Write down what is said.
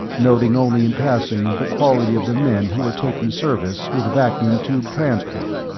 noting only in passing the quality of the men who were taking service with vacuum tube transport.